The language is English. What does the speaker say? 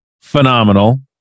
phenomenal